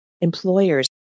employers